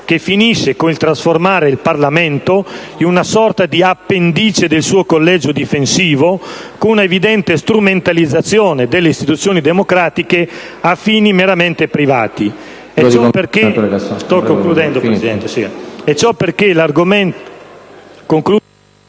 che finisce con il trasformare il Parlamento in una sorta di appendice del suo collegio difensivo, con una evidente strumentalizzazione delle istituzioni democratiche a fini meramente privati.